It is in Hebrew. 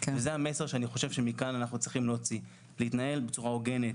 זה המסר שאני חושב שמכאן אנחנו צריכים להוציא: להתנהל בצורה הוגנת,